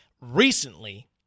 recently